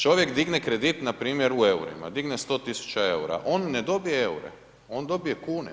Čovjek digne kredit npr. u eurima, digne 100 tisuća eura, on ne dobije eure, on dobije kune.